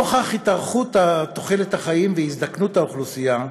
נוכח העלייה בתוחלת החיים והזדקנות האוכלוסייה,